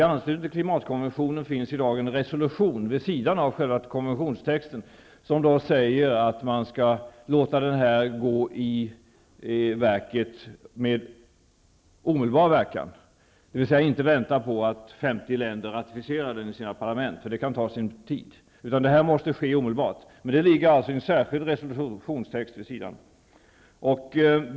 I anslutning till klimatkonventionen finns i dag utarbetad en resolution vid sidan av själva konventionstexten, som säger att man skall låta konventionen bli verksam med omedelbar verkan, dvs. inte vänta på att 50 länder ratificerar den i sina parlament, vilket kan ta sin tid. Detta måste ske omedelbart. Det finns alltså en särskild resolutionstext vid sidan av.